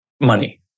money